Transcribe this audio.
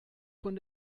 von